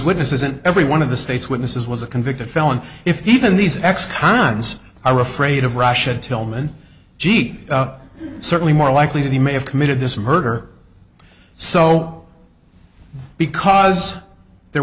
witnesses and every one of the state's witnesses was a convicted felon if even these ex cons are afraid of russia tilman jeep certainly more likely that he may have committed this murder so because there